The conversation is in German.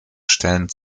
stellen